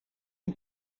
een